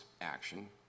action